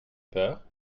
peur